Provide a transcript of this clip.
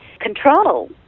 control